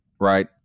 right